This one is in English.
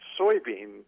soybean